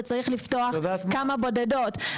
וצריכים לפתוח כמה בודדות?